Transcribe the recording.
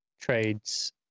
trades